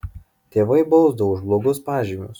tėvai bausdavo už blogus pažymius